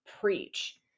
preach